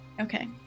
Okay